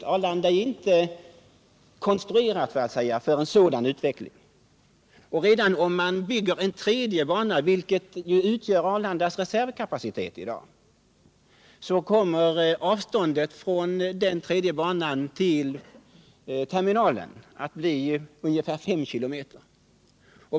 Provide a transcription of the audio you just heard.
I anslutning till Arlanda finns inte resurser för en sådan utveckling. Redan om man bygger en tredje bana, vilket utgör Arlandas reservkapacitet i dag, kommer avståndet från den tredje banan till terminalen att bli ungefär fem kilometer.